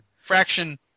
Fraction